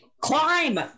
climb